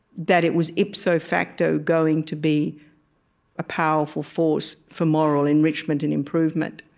that it was ipso facto going to be a powerful force for moral enrichment and improvement.